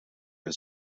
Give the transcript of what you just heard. his